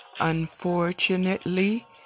unfortunately